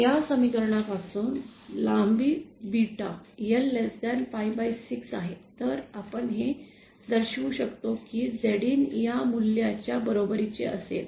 या समीकरणापासून लांबी बीटा L pi6 आहे तर आपण हे दर्शवू शकतो की Zin या मूल्याच्या बरोबरीचे असेल